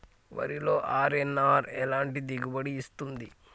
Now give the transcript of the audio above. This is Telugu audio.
వరిలో అర్.ఎన్.ఆర్ ఎలాంటి దిగుబడి ఇస్తుంది?